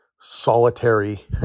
solitary